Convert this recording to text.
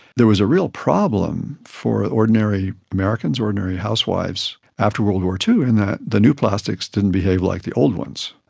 there was a real problem for ordinary americans, ordinary housewives after world war ii in that the new plastics didn't behave like the old ones,